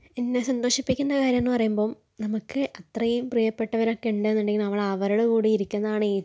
എന്നെ സന്തോഷിപ്പിക്കുന്ന കാര്യമെന്ന് പറയുമ്പം നമുക്ക് അത്രേയും പ്രിയപ്പെട്ടവരൊക്കെ ഉണ്ടെന്നുണ്ടെങ്കിൽ നമ്മൾ അവരുടെ കൂടെ ഇരിക്കുന്നതാണ്